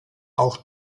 auch